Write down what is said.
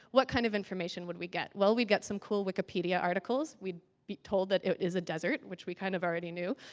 what kind of information would we get? well, we'd get some cool wikipedia articles. we'd be told that it is it desert, which we kind of all ready knew.